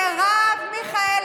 רגע,